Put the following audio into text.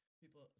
people